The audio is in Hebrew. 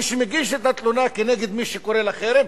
מי שמגיש את התלונה נגד מי שקורא לחרם,